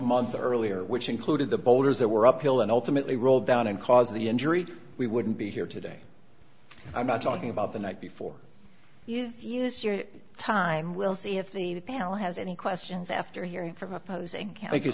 month earlier which included the boulders that were uphill and ultimately rolled down and caused the injury we wouldn't be here today i'm not talking about the night before you use your time we'll see if the panel has any questions after hearing from opposing